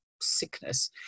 sickness